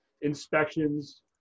inspections